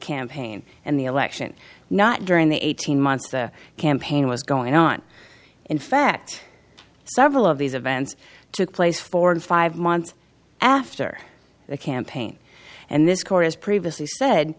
campaign and the election not during the eighteen months the campaign was going on in fact several of these events took place four and five months after the campaign and this court has previously said